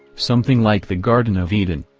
something like the garden of eden.